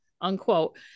Unquote